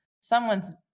someone's